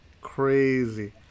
crazy